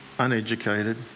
uneducated